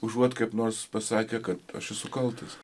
užuot kaip nors pasakę kad aš esu kaltas